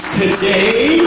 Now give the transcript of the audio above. today